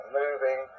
moving